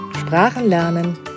Sprachenlernen